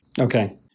Okay